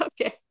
Okay